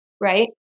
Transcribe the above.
right